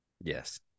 Yes